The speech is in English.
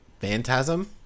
Phantasm